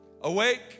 Awake